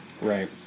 Right